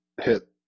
hit